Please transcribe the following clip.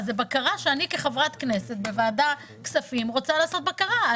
זו בקרה שאני כחברת כנסת בועודת כספים רוצה לעשות בקרה.